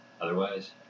otherwise